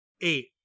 Eight